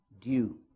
due